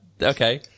Okay